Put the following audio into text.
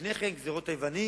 לפני כן גזירות היוונים,